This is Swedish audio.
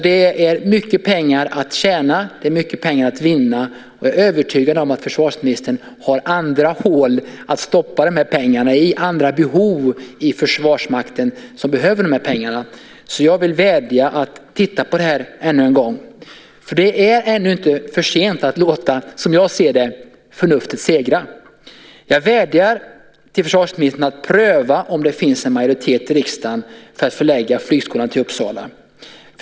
Det är mycket pengar att tjäna och vinna. Jag är övertygad om att försvarsministern har andra hål inom Försvarsmakten att stoppa de här pengarna i. Jag vill vädja om att hon tittar på detta ännu en gång. Det är ännu inte för sent att låta, som jag ser det, förnuftet segra. Jag vädjar till försvarsministern att pröva om det finns en majoritet i riksdagen för att förlägga flygskolan till Uppsala.